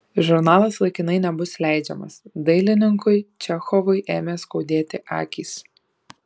žurnalas laikinai nebus leidžiamas dailininkui čechovui ėmė skaudėti akys